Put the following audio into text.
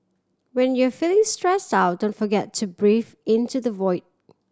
when you are feeling stressed out don't forget to breathe into the void